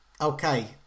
okay